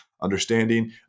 understanding